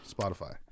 spotify